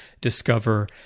discover